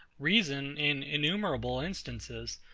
reason, in innumerable instances,